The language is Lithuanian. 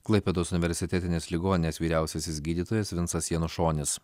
klaipėdos universitetinės ligoninės vyriausiasis gydytojas vinsas janušonis